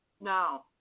Now